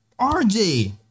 RJ